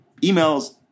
emails